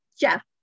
Jeff